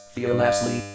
Fearlessly